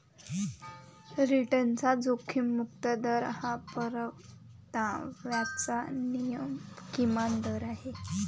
रिटर्नचा जोखीम मुक्त दर हा परताव्याचा किमान दर आहे